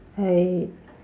I